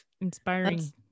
Inspiring